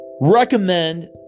Recommend